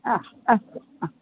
हा अस्तु हा